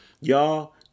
y'all